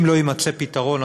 אם לא יימצא פתרון,